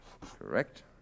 Correct